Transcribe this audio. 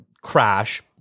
Crash